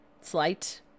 slight